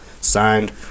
signed